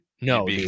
No